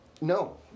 No